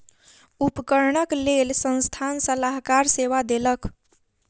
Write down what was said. उपकरणक लेल संस्थान सलाहकार सेवा देलक